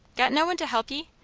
got no one to help ye?